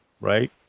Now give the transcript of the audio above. Right